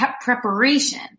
preparation